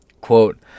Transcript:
Quote